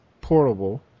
portable